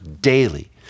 daily